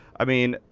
i mean,